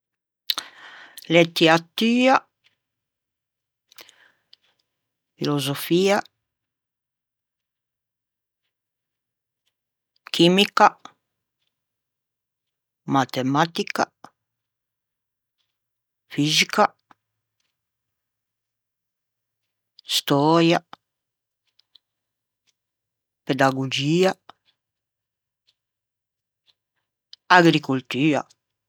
lettiatua, filosofia, chimica, matematica, fixica, stöia, pedagogia, agricoltua